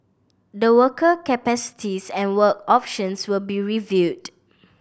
the worker capacities and work options will be reviewed